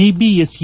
CBSE